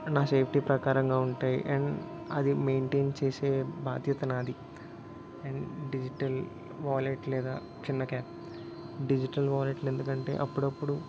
నా సేఫ్టీ ప్రకారంగా ఉంటాయి అండ్ అది మెయింటైన్ చేసే బాధ్యత నాది అండ్ డిజిటల్ వాలెట్ లేదా చిన్న క్యాప్ డిజిటల్ వాలెట్లెందుకంటే అప్పుడప్పుడు